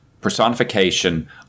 personification